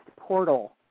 Portal